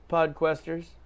Podquesters